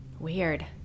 weird